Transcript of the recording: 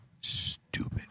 Stupid